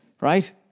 Right